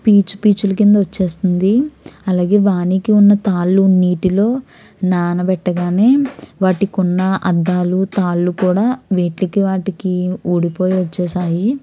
peach పీచులు కింద వచ్చేస్తుంది అలాగే వాణీకి ఉన్న తాళ్ళు నీటిలో నానబెట్టగానే వాటికున్న అద్దాలు తాళ్ళు కూడా వేటికి వాటికి ఊడిపోయి వచ్చేసాయి